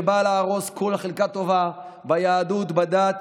שבאה להרוס כל חלקה טובה ביהדות ובדת